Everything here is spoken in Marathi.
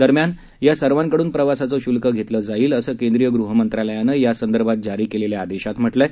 दरम्यान या सर्वांकडून प्रवासाचं शुल्क घेतलं जाईल असं केंद्रीय गृहमंत्रालयानं या संदर्भात जारी केलेल्या आदेशात म्हटलं आहे